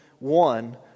One